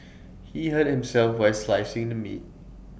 he hurt himself while slicing the meat